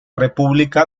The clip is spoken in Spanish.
república